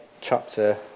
chapter